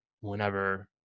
whenever